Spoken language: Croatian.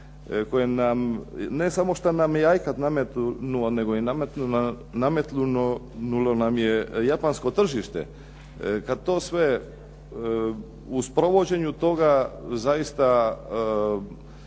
koje ne samo da nam je Ajkat nametnuo, nametnulo nam je Japansko tržište, kada to sve u provođenju toga zaista